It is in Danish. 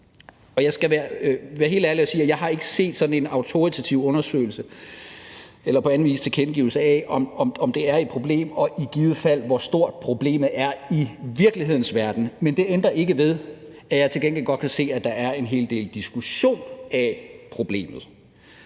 Jeg skal være helt ærlig og sige, at jeg ikke har set sådan en autoritativ undersøgelse eller på anden vis tilkendegivelse af, om det er et problem, og i givet fald hvor stort problemet er i virkelighedens verden. Men det ændrer ikke ved, at jeg til gengæld godt kan se, at der er en hel del diskussion af problemet.